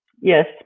Yes